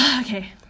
Okay